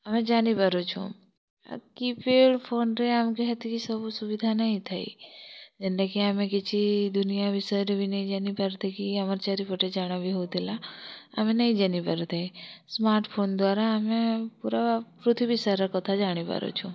ଆମେ ଜାନି ପାରୁଛୁଁ ଆ କିପ୍ୟାଡ଼୍ ଫୋନ୍ରେ ଆମ୍ କେ ହେତ୍ କି ସବୁ ସୁବିଧା ନେଇ ଥାଇ ଯେନ୍ତା ଆମେ କିଛି ଦୁନିଆ ବିଷୟରେ ନେଇ ଜାନି ପାରତେ କି ଆମର୍ ଚାରିପଟେ ଜାଣା ବି ହଉଥିଲା ଆମେ ନେଇ ଜାନି ପାରୁଥାଏ ସ୍ମାର୍ଟ୍ ଫୋନ୍ ଦ୍ୱାରା ଆମେ ପୂରା ପୃଥିବୀ ସାରା କଥା ଜାଣି ପାରୁଛୁଁ